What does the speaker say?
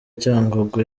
cyangugu